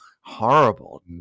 horrible